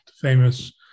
famous